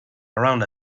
around